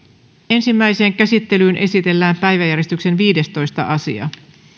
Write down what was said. ensimmäiseen käsittelyyn esitellään päiväjärjestyksen viidestoista asia